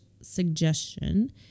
suggestion